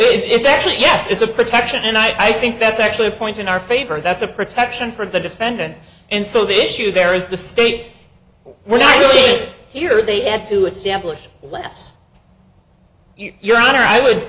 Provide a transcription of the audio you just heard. do it's actually yes it's a protection and i think that's actually a point in our favor that's a protection for the defendant and so the issue there is the state we're not saying here they have to establish less your honor i would